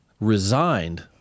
resigned